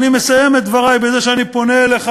אני מסיים את דברי בזה שאני פונה אליך,